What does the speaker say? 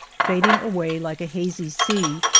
fading away like a hazy sea,